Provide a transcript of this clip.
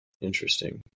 interesting